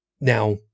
Now